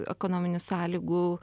ekonominių sąlygų